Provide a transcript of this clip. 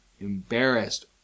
Embarrassed